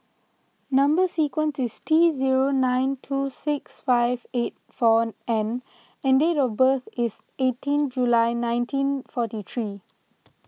Number Sequence is T zero nine two six five eight four N and date of birth is eighteen July nineteen forty three